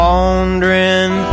Wandering